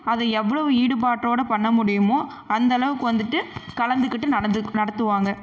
அதை எவ்வளோ ஈடுபாட்டோடு பண்ண முடியுமோ அந்தளவுக்கு வந்துட்டு கலந்துக்கிட்டு நடந்து நடத்துவாங்க